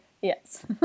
yes